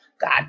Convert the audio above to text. God